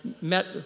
met